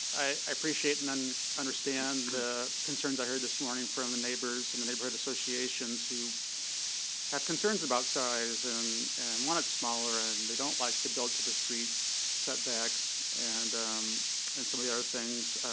i appreciate and and understand the concerns i heard this morning from the neighbors and the neighborhood associations who have concerns about size and wanted smaller, and they don't like the build to the street setbacks and and some of the other things,